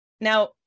Now